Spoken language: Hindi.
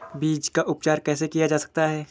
बीज का उपचार कैसे किया जा सकता है?